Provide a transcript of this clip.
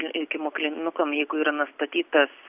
ikimokyklinukam jeigu yra nustatytas